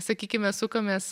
sakykime sukamės